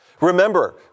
Remember